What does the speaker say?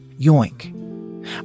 Yoink